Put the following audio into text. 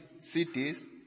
cities